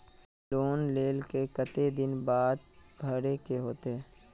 Loan लेल के केते दिन बाद भरे के होते?